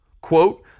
Quote